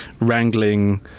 wrangling